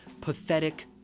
pathetic